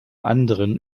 anderen